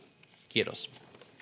kiitos